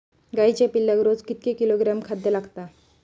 गाईच्या पिल्लाक रोज कितके किलोग्रॅम खाद्य लागता?